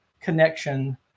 connection-